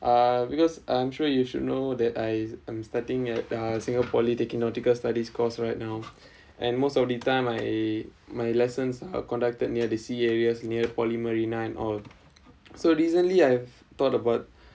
uh because I'm sure you should know that I am starting at uh singapore poly taking nautical studies course right now and most of the time I my lessons are conducted near the sea areas near poly marina and all so recently I've thought about